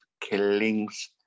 killings